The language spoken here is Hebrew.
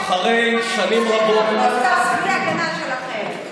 חבר הכנסת קרעי, הבנתי, החוצה.